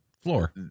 floor